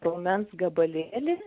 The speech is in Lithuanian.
raumens gabalėlį